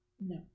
no